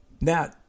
Now